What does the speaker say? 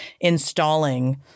installing